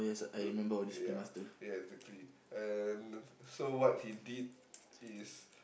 do yeah yeah exactly and so what he did is